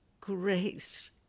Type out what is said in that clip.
grace